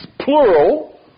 plural